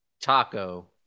taco